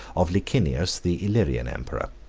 of licinius, the illyrian emperor.